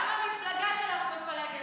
גם המפלגה שלך מפלגת את העם.